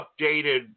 updated